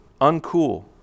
uncool